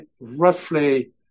roughly